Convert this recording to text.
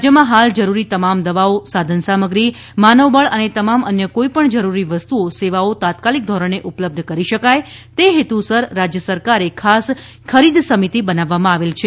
રાજ્યમાં હાલ જરૂરી તમામ દવાઓ સાધનસામગ્રી માનવબળ અને તમામ અન્ય કોઇ પણ જરૂરી વસ્તુઓ સેવાઓ તાત્કાલિક ધોરણે ઉપલબ્ધ કરી શકાય તે હેતુસર રાજ્યસરકારે ખાસ ખરીદ સમિતિ બનાવવામાં આવેલ છે